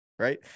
right